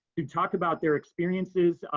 to talk about their experiences,